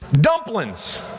Dumplings